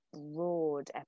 broad